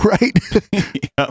right